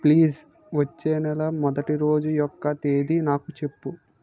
please వచ్చే నెల మొదటి రోజు యొక్క తేదీ నాకు చెప్పు